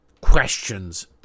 questions